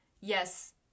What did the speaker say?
yes